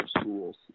schools